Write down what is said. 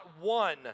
one